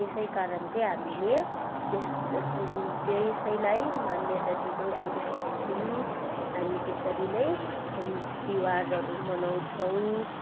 त्यसै कारण चाहिँ हामीले त्यस त्यसैलाई मान्यता दिँदै आइरहेको छौँ हामी त्यसरी नै तिहारहरू मनाउँछौँ